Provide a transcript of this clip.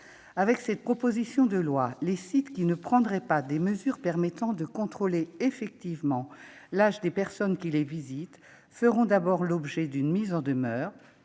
Avec cette proposition de loi, les sites qui ne prendraient pas de mesures permettant de contrôler effectivement l'âge des personnes qui les visitent feront d'abord l'objet d'une mise en demeure